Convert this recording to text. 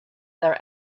their